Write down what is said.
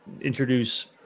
introduce